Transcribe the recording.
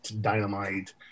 Dynamite